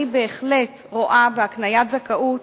אני בהחלט רואה בהקניית זכאות